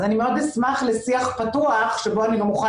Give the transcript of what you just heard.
אז אני מאוד אשמח לשיח פתוח שבו אני גם אוכל